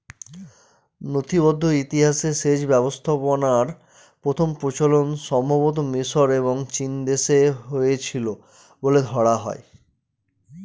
নথিবদ্ধ ইতিহাসে সেচ ব্যবস্থাপনার প্রথম প্রচলন সম্ভবতঃ মিশর এবং চীনদেশে হয়েছিল বলে ধরা হয়